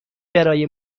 برای